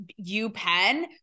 UPenn